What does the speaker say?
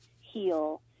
heal